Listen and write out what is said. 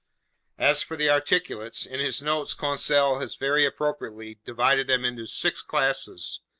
as for the articulates, in his notes conseil has very appropriately divided them into six classes,